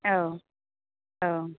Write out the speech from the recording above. औ औ